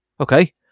okay